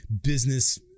business